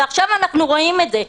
ועכשיו אנחנו רואים את זה.